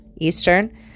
Eastern